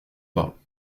pas